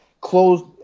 closed